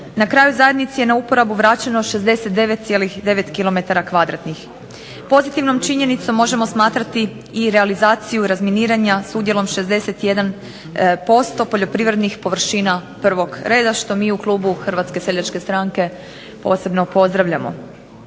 Na kraju zajednici je na uporabu vraćeno 69,9 km2. Pozitivnom činjenicom možemo smatrati i realizaciju razminiranja s udjelom 61% poljoprivrednih površina prvog reda, što mi u klubu HSS-a posebno pozdravljamo.